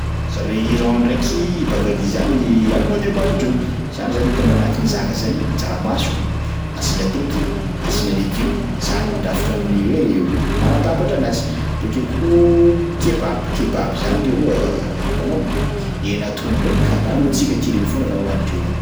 Zareo Iran ndraiky bagali zany aliment de basendreo, zany zany hitanao anatin'ny zaka zany: tsaramaso asiana atody, asiana legioma, zany mandrafitra ny hoe manatambatra anazy. Bakeo koa kebab, kebab zany leroa hitanao hena atono reny karaha amin'ny antsika aty reny foana raha hohanindreo any.